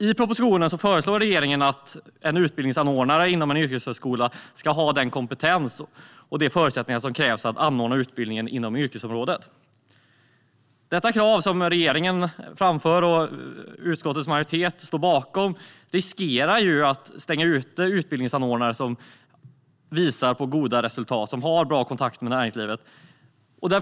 I propositionen föreslår regeringen att en utbildningsanordnare inom en yrkeshögskola ska ha den kompetens och de förutsättningar som krävs för att anordna en utbildning inom ett yrkesområde. Det krav som regeringen framför och som utskottets majoritet står bakom riskerar att stänga ute utbildningsanordnare som visar goda resultat och har bra kontakt med näringslivet.